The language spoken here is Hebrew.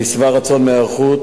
אני שבע רצון מההיערכות,